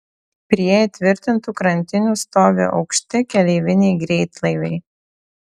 prie įtvirtintų krantinių stovi aukšti keleiviniai greitlaiviai